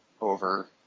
over